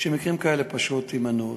שמקרים כאלה פשוט יימנעו.